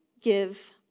give